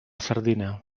sardina